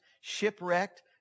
shipwrecked